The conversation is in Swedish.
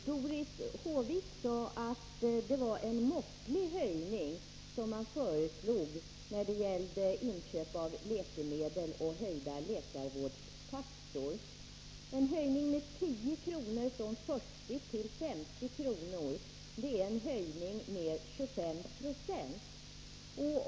Herr talman! Doris Håvik sade att det var en måttlig höjning som man föreslog när det gällde inköp av läkemedel och läkarvårdstaxor. En höjning med 10 kr. från 40 till 50 kr. är en höjning med 25 26.